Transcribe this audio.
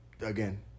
Again